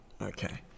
Okay